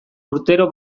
urtero